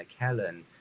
McKellen